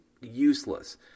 useless